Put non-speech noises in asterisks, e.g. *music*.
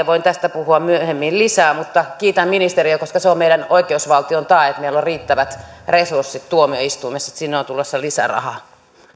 *unintelligible* voin tästä puhua myöhemmin lisää mutta kiitän ministeriä koska se on meidän oikeusvaltion tae että meillä on riittävät resurssit tuomioistuimessa että sinne on tulossa lisäraha